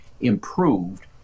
improved